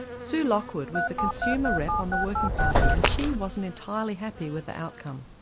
sue lockwood was the consumer rep on the working party and she wasn't entirely happy with the outcome.